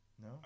No